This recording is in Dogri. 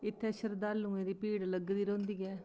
इत्थै शरधालुएं दी भीड़ लग्गी दी रौंह्दी ऐ